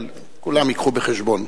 אבל כולם ייקחו בחשבון.